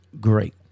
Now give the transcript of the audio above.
great